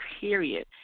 period